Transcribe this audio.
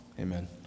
amen